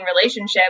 relationship